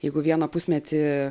jeigu vieną pusmetį